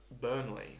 Burnley